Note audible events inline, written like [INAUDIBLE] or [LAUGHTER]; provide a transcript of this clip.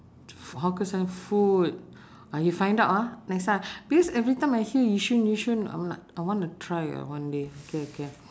[NOISE] hawker cen~ food ah you find out ah next time because every time I hear yishun yishun I'm like I want to try one day okay okay